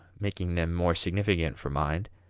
making them more significant for mind,